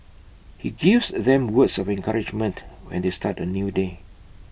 he gives them words of encouragement when they start A new day